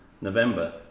November